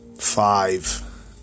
Five